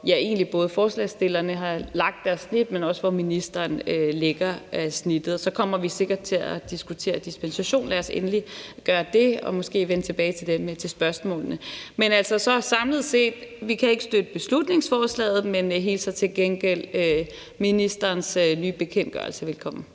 både forslagsstillerne har lagt deres snit og ministeren lægger snittet. Så kommer vi sikkert til at diskutere dispensation, og lad os endelig gøre det og måske vende tilbage til spørgsmålene. Men altså samlet set kan vi ikke støtte beslutningsforslaget, men hilser til gengæld for ministerens nye bekendtgørelse velkommen.